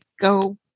go